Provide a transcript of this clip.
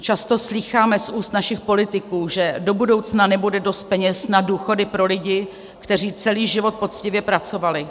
Často slýcháme z úst našich politiků, že do budoucna nebude dost peněz na důchody pro lidi, kteří celý život poctivě pracovali.